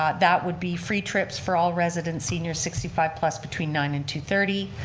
um that would be free trips for all resident seniors sixty five plus between nine and two thirty.